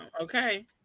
Okay